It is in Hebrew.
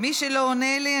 מי שלא עונה לי,